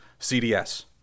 CDS